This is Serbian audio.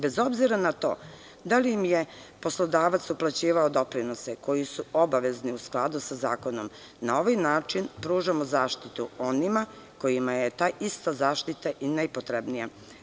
Bez obzira na to, da li im je poslodavac uplaćivao doprinose koji su obavezni u skladu sa zakonom, na ovaj način pružamo zaštitu onima kojima je ta ista zaštita i najpotrebnija.